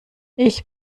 ich